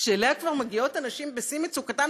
שאליה כבר מגיעות הנשים בשיא מצוקתן